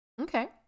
Okay